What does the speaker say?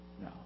No